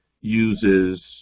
uses